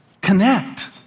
Connect